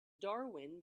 darwin